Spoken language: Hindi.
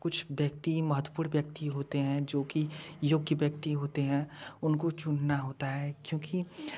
कुछ व्यक्ति महत्वपूर्ण व्यक्ति होते है जो कि योग्य व्यक्ति होते हैं उनको चुनना होता है क्योंकि